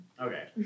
Okay